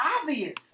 obvious